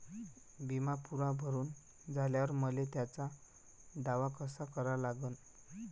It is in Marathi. बिमा पुरा भरून झाल्यावर मले त्याचा दावा कसा करा लागन?